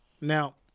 Now